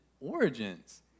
origins